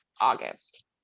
August